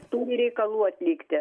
turi reikalų atlikti